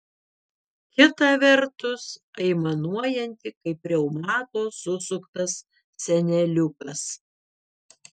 kita vertus aimanuojanti kaip reumato susuktas seneliukas